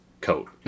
coat